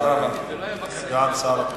תודה לסגן שר הבריאות.